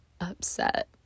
upset